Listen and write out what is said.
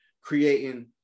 creating